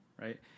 right